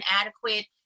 inadequate